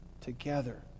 together